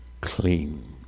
clean